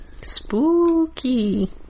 Spooky